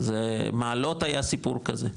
מעלות היה סיפור כזה.